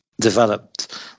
developed